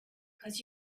cause